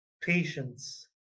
patience